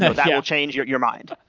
that will change your your mind.